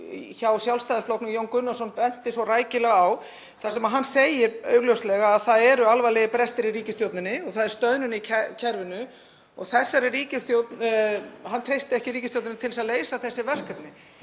í Sjálfstæðisflokknum, Jón Gunnarsson, benti svo rækilega á. Það sem hann segir augljóslega er að það eru alvarlegir brestir í ríkisstjórninni og það er stöðnun í kerfinu og hann treystir ekki ríkisstjórninni til að leysa þessi verkefni.